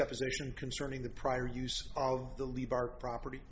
deposition concerning the prior use of the lead our property